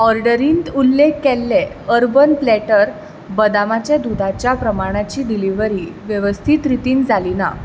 ऑर्डरींत उल्लेख केल्ले अर्बन प्लॅटर बदामाचे दुदाच्या प्रमाणाची डिलिव्हरी वेवस्थीत रितीन जाली ना